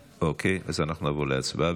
אוקיי, אז אנחנו נעבור להצבעה.